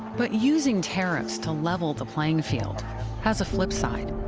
but using tariffs to level the playing field has a flip side.